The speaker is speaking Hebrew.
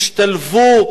ישתלבו,